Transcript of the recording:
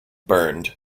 burned